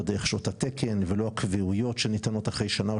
לא דרך שעות התקן ולא הקביעויות שניתנות אחרי שנה,